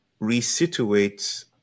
resituates